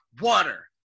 water